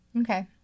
Okay